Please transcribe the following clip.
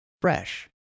fresh